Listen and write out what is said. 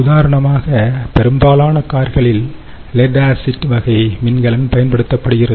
உதாரணமாக பெரும்பாலான கார்களில் லெட் ஆசிட் வகை மின்கலன் பயன்படுத்தப்படுகின்றது